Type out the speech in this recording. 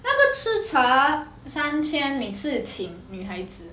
那个吃茶三千每次请女孩子